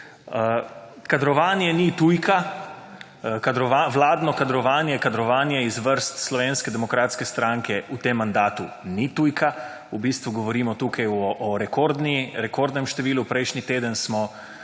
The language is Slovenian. Kadrovanje ni tujka, vladno kadrovanje, kadrovanje iz zvrst Slovenske demokratske stranke v tem mandatu ni tujka. V bistvu govorimo tukaj o rekordnem številu. Prejšnji teden smo